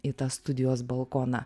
į tą studijos balkoną